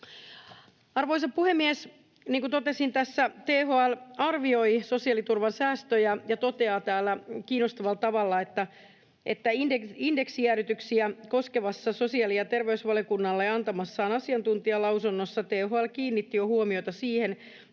Arvoisa puhemies! Niin kuin totesin, tässä THL arvioi sosiaaliturvan säästöjä ja toteaa täällä kiinnostavalla tavalla, että indeksijäädytyksiä koskevassa sosiaali- ja terveysvaliokunnalle antamassaan asiantuntijalausunnossa THL kiinnitti jo huomiota siihen, että